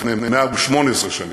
לפני 118 שנים,